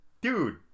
Dude